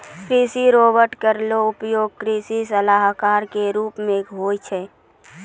कृषि रोबोट केरो उपयोग कृषि सलाहकार क रूप मे होय छै